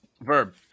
Verb